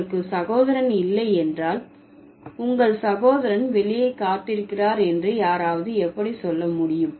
உங்களுக்கு சகோதரன் இல்லை என்றால் உங்கள் சகோதரன் வெளியே காத்திருக்கிறார் என்று யாராவது எப்படி சொல்ல முடியும்